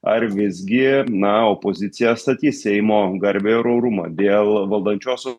ar visgi na opozicija statys seimo garbę ir orumą dėl valdančiosios